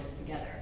together